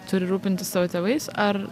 turi rūpintis savo tėvais ar